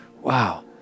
Wow